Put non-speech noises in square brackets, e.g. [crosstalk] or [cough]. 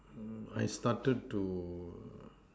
[noise] I started to